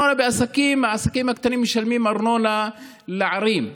העסקים הקטנים משלמים ארנונה לערים,